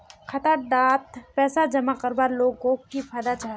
खाता डात पैसा जमा करवार लोगोक की फायदा जाहा?